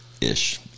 Ish